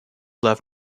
left